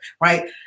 right